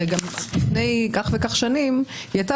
הרי גם לפני כך וכך שנים היא הייתה